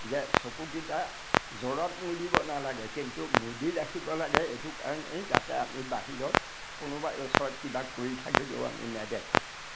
যে চকুকেইটা জোৰত মুদিব নালাগে কিন্তু মুদি দেখিব লাগে এইটো কাৰণেই যাতে আমি বাহিৰত কোনোবাই ওচৰত কিবা কৰি থাকিলেও আমি নেদেখোঁ